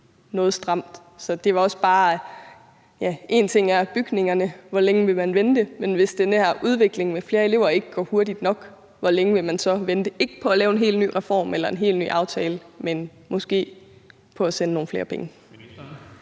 noget stramt. Så det var også bare for at sige: En ting er bygningerne. Hvor længe vil man vente? Men hvis den her udvikling med flere elever ikke går hurtigt nok, hvor længe vil man så vente – ikke på at lave en helt ny reform eller en helt ny aftale, men måske på at sende nogle flere penge?